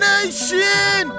Nation